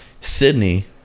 sydney